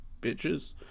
bitches